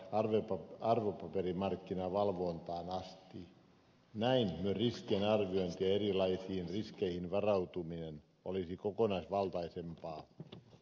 näin riskien arviointi ja erilaisiin riskeihin varautuminen olisi kokonaisvaltaisempaa